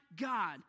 God